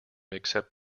except